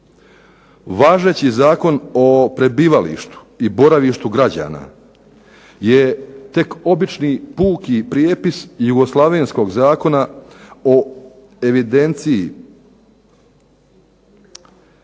Važeći zakon o prebivalištu i boravištu građana je tek obični puki prijepis jugoslavenskog Zakona o evidenciji.